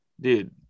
Dude